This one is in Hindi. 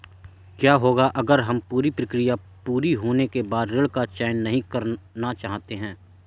क्या होगा अगर हम पूरी प्रक्रिया पूरी होने के बाद ऋण का चयन नहीं करना चाहते हैं?